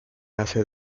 hace